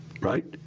right